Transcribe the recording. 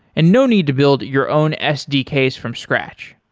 and no need to build your own sdks from scratch.